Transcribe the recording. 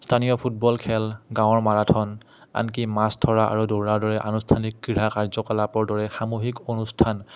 স্থানীয় ফুটবল খেল গাঁৱৰ মাৰাথন আনকি মাছ ধৰা আৰু দৌৰাৰ দৰে আনুষ্ঠানিক ক্ৰীড়া কাৰ্যকলাপৰ দৰে সামূহিক অনুষ্ঠান